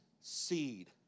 seed